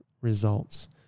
results